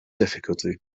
difficulty